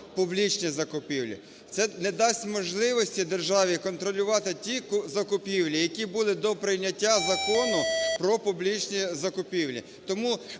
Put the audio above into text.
"публічні закупівлі". Це не дасть можливості державі контролювати ті закупівлі, які були до прийняття Закону про публічні закупівлі.